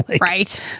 Right